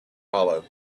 hollow